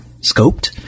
scoped